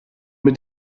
mit